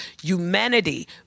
humanity